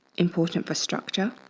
important for structure.